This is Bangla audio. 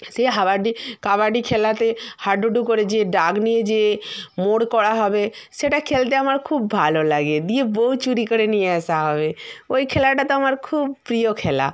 সে হাবাডি কাবাডি খেলাতে হাডুডু করে যে ডাক নিয়ে যে মোর করা হবে সেটা খেলতে আমার খুব ভালো লাগে দিয়ে বউ চুরি করে নিয়ে আসা হবে ওই খেলাটা তো আমার খুব প্রিয় খেলা